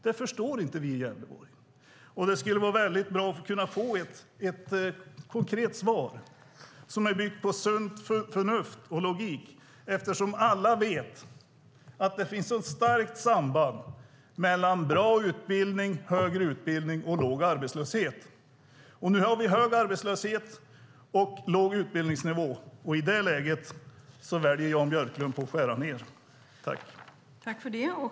Det förstår inte vi i Gävleborg. Det skulle vara väldigt bra att få ett konkret svar som är byggt på sunt förnuft och logik, eftersom alla vet att det finns ett starkt samband mellan bra utbildning, högre utbildning och låg arbetslöshet. Nu har vi hög arbetslöshet och låg utbildningsnivå, och i det läget väljer Jan Björklund att skära ned. I detta anförande instämde Elin Lundgren och Per Svedberg .